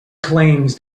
claims